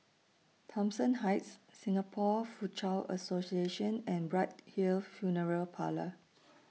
Thomson Heights Singapore Foochow Association and Bright Hill Funeral Parlour